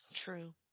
True